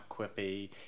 quippy